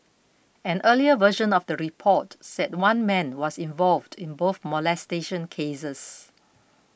an earlier version of the report said one man was involved in both molestation cases